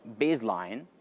baseline